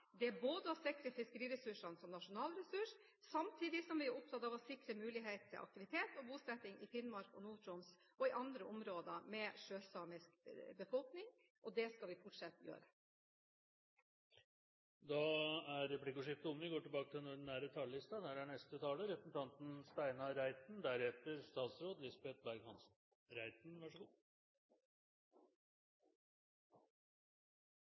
er å sikre fiskeriressursene som nasjonalressurs, samtidig som vi er opptatt av å sikre muligheter for aktivitet og bosetting i Finnmark og Nord-Troms og i andre områder med sjøsamisk befolkning. Det skal vi fortsatt gjøre. Replikkordskiftet er omme. Den saken vi nå debatterer, er en sak som er kompleks og